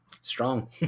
strong